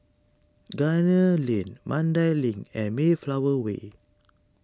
Gunner Lane Mandai Link and Mayflower Way